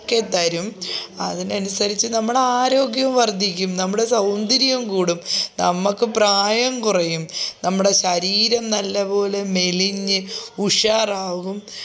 ക്കെ തരും അതിനനുസരിച്ച് നമ്മുടെ ആരോഗ്യവും വർദ്ധിക്കും നമ്മുടെ സൗന്ദര്യം കൂടും നമുക്ക് പ്രായം കുറയും നമ്മുടെ ശരീരം നല്ലത് പോലെ മെലിഞ്ഞ് ഉഷാറാവും